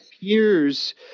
appears